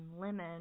lemon